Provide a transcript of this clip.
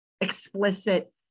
explicit